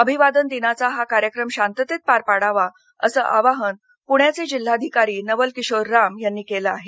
अभिवादन दिनाचा हा कार्यक्रम शांततेत पार पाडावा असं आवाहन पृण्याचे जिल्हाधिकारी नवल किशोर राम यांनी केलं आहे